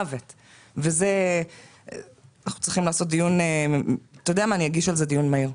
אני אגיש על זה דיון מהיר.